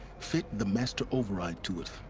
fit the master override to it.